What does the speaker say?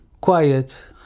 quiet